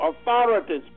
authorities